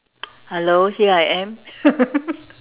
hello here I am